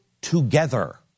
together